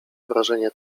wrażenie